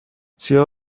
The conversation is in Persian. سیاه